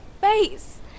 face